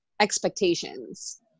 expectations